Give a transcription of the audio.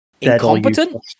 incompetent